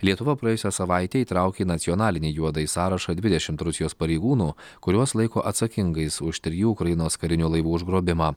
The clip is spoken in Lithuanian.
lietuva praėjusią savaitę įtraukė į nacionalinį juodąjį sąrašą dvidešimt rusijos pareigūnų kuriuos laiko atsakingais už trijų ukrainos karinių laivų užgrobimą